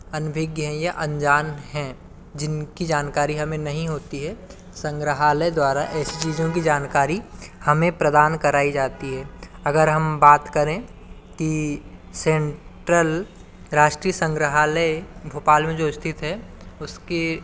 अनभिज्ञ हैं या अनजान हैं जिनकी जानकारी हमें नहीं होती है संग्रहालय द्वारा ऐसी चीज़ों की जानकारी हमें प्रदान कराई जाती है अगर हम बात करें कि सेन्ट्रल राष्ट्रीय संग्रहालय भोपाल में जो स्थित है उसके